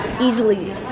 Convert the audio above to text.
easily